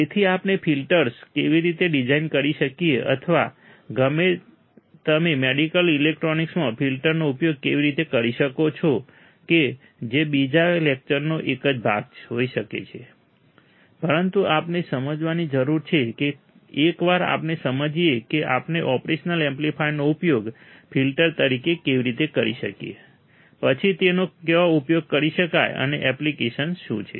તેથી આપણે ફિલ્ટર કેવી રીતે ડિઝાઇન કરી શકીએ અથવા તમે મેડિકલ ઈલેક્ટ્રોનિક્સમાં ફિલ્ટરનો ઉપયોગ કેવી રીતે કરી શકો કે જે બીજા લેક્ચરનો જ એક ભાગ હોઈ શકે છે પરંતુ આપણે સમજવાની જરૂર છે કે એકવાર આપણે સમજીએ કે આપણે ઓપરેશનલ એમ્પ્લીફાયરનો ઉપયોગ ફિલ્ટર તરીકે કેવી રીતે કરી શકીએ પછી તેનો ક્યાં ઉપયોગ કરી શકાય અને એપ્લિકેશન્સ શું છે